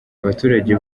abaturage